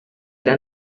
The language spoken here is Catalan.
era